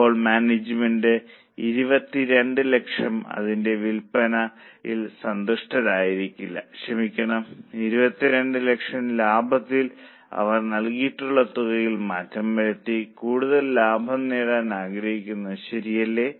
അപ്പോൾ മാനേജ്മെന്റ് 2200000 ത്തിന്റെ വിൽപ്പനയിൽ സന്തുഷ്ടരായിരിക്കില്ല ക്ഷമിക്കണം 2200000 ലാഭത്തിൽ അവർ നൽകിയിട്ടുള്ള തുകയിൽ മാറ്റം വരുത്തി കൂടുതൽ ലാഭം നേടാൻ ആഗ്രഹിക്കുന്നു ശരിയല്ലേ